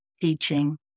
teaching